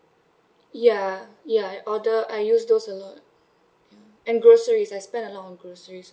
ya ya I order I use those a lot and groceries I spend a lot on groceries